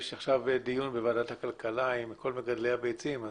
יש עכשיו דיון בוועדת הכלכלה עם כל מגדלי הביצים.